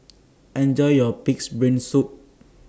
Enjoy your Pig'S Brain Soup